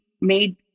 made